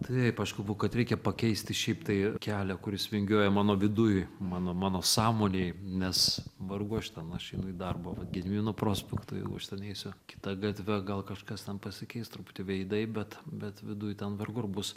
taip aš kalbu kad reikia pakeisti šiaip tai kelią kuris vingiuoja mano viduj mano mano sąmonėj nes vargu aš ten aš einu į darbą vat gedimino prospektu jeigu aš ten eisiu kita gatve gal kažkas ten pasikeis truputi veidai bet bet viduj ten vargu ar bus